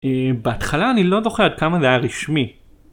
בהתחלה אני לא זוכר עד כמה זה היה רשמי.